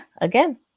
again